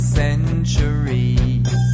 centuries